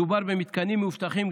מדובר במתקנים מאובטחים,